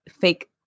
fake